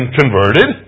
converted